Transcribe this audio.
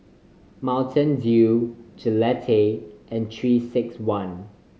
Mountain Dew Gillette and Three Six One